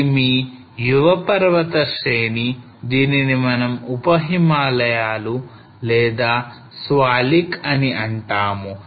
ఇది మీ యువ పర్వతశ్రేణి దీనిని మనం ఉప హిమాలయాలు లేదా Swalik అని అంటాము